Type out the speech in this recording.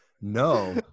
No